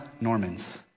Norman's